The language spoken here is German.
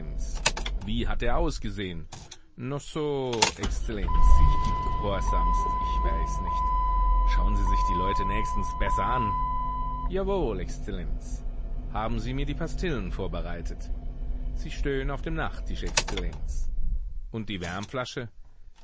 wie hat er ausgesehen no so exzellenz ich bitt ghorsamst ich weiß nicht schauen sie sich die leute nächstens besser an jawohl exzellenz haben sie mir die pastillen vorbereitet sie stehen auf dem nachttisch exzellenz und die wärmflasche